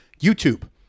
YouTube